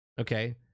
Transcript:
okay